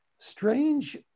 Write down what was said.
strange